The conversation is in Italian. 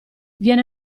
viene